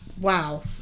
Wow